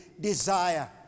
desire